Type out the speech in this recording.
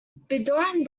bedouin